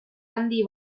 handi